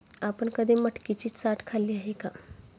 आपण कधी मटकीची चाट खाल्ली आहे का?